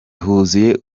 huzuye